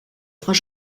trois